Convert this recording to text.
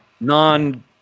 non